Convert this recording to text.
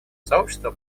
сообщество